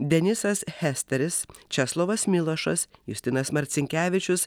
denisas hesteris česlovas milošas justinas marcinkevičius